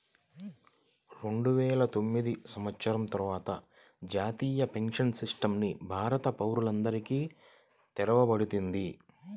రెండువేల తొమ్మిది సంవత్సరం తర్వాత జాతీయ పెన్షన్ సిస్టమ్ ని భారత పౌరులందరికీ తెరవబడింది